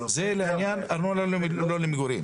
זה לעניין ארנונה למגורים.